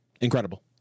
Incredible